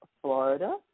Florida